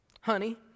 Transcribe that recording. honey